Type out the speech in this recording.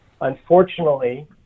Unfortunately